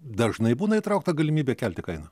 dažnai būna įtraukta galimybė kelti kainą